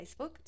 Facebook